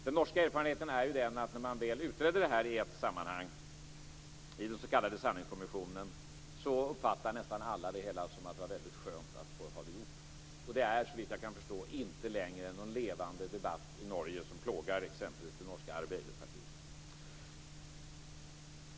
Den norska erfarenheten är ju att när den s.k. sanningskommissionen väl utredde detta i ett sammanhang, uppfattade nästan alla det hela som att det var väldigt skönt att få det gjort. Det är såvitt jag kan förstå inte längre någon levande debatt i Norge som plågar exempelvis det norska arbeiderpartiet.